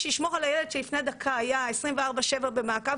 שישמור על הילד שלפני דקה היה 24/7 במעקב,